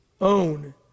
own